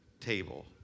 table